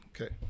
okay